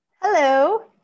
Hello